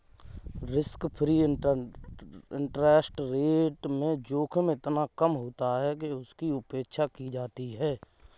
risk free interest rate में जोखिम इतना कम होता है कि उसकी उपेक्षा की जाती है